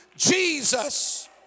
Jesus